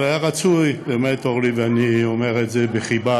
אבל היה רצוי באמת, אורלי, ואני אומר את זה בחיבה,